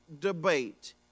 debate